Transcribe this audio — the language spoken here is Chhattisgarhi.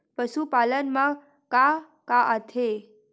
पशुपालन मा का का आथे?